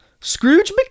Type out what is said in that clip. Scrooge